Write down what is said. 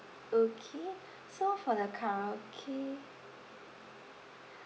okay so for the karaoke